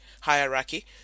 hierarchy